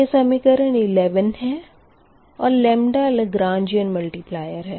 यह समीकरण 11 है और लेग्रंजियन मलटिप्ल्यर है